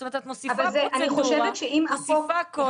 זאת אומרת, את מוסיפה פרוצדורה, מוסיפה קושי